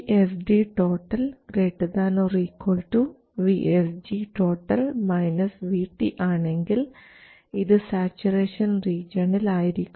VSD ≥ VSG VT ആണെങ്കിൽ ഇത് saturation റീജിയണിൽ ആയിരിക്കും